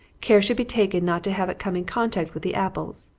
care should be taken not to have it come in contact with the apples.